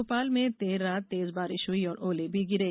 भोपाल में देर रात तेज बारिश हुई और ओले भी गिरे